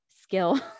skill